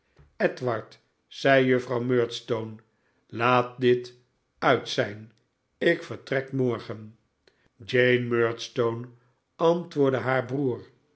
edward zei juffrouw murdstone laat dit uit zijn ik vertrek morgen jane murdstone antwoordde haar broer